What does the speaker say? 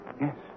Yes